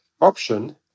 option